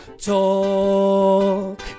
Talk